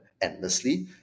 endlessly